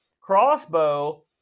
Crossbow